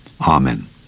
Amen